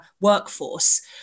workforce